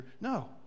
No